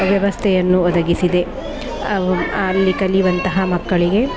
ವ್ಯವಸ್ಥೆಯನ್ನು ಒದಗಿಸಿದೆ ಅವು ಅಲ್ಲಿ ಕಲಿಯುವಂತಹ ಮಕ್ಕಳಿಗೆ